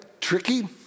tricky